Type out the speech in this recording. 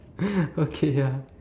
okay ya